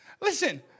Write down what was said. Listen